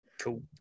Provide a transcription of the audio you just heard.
cool